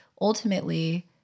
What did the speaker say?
ultimately